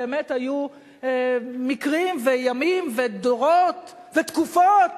באמת, היו מקרים וימים ודורות ותקופות